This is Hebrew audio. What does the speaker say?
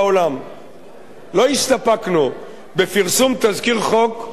לא הסתפקנו בפרסום תזכיר חוק באתר האינטרנט של